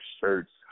shirts